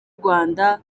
rwanda